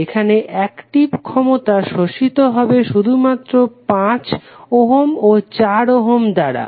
এখানে অ্যাকটিভ ক্ষমতা শোষিত হবে শুধুমাত্র 5 ওহম ও 4 ওহম রোধ দ্বারা